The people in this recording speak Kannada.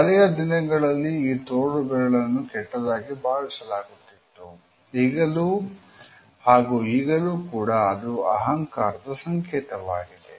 ಹಳೆಯ ದಿನಗಳಲ್ಲಿ ಈ ತೋರುಬೆರಳನ್ನು ಕೆಟ್ಟದಾಗಿ ಭಾವಿಸಲಾಗುತ್ತಿತ್ತು ಹಾಗೂ ಈಗಲೂ ಕೂಡ ಇದು ಅಹಂಕಾರದ ಸಂಕೇತವಾಗಿದೆ